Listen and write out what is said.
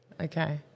Okay